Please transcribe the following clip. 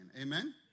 Amen